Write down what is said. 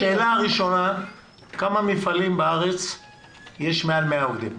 השאלה הראשונה: בכמה מפעלים בארץ יש מעל 100 עובדים?